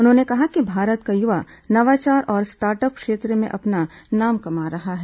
उन्होंने कहा कि भारत का युवा नवाचार और स्टार्टअप क्षेत्र में अपना नाम कमा रहा है